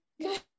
good